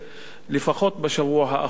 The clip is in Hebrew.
לפחות בשבוע האחרון.